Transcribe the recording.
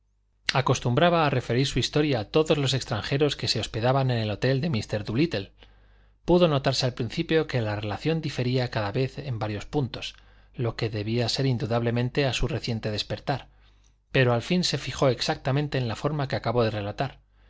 acostumbraba referir su historia a todos los extranjeros que se hospedaban en el hotel de mr dóolittle pudo notarse al principio que la relación difería cada vez en varios puntos lo que se debía indudablemente a su reciente despertar pero al fin se fijó exactamente en la forma que acabo de relatar